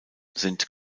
sind